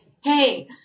hey